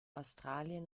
australien